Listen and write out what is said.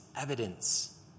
evidence